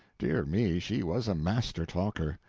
dear me, she was a master talker.